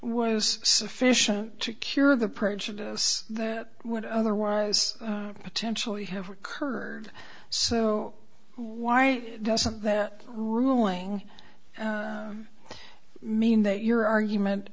was sufficient to cure the prejudice that would otherwise potentially have occurred so why doesn't that ruling mean that your argument